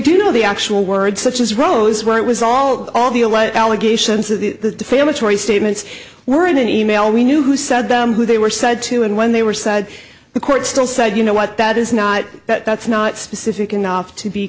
do know the actual words such as rose where it was all that all the allegations of the family story statements were in an e mail we knew who said them who they were said to and when they were said the court still said you know what that is not that's not specific enough to be